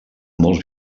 molts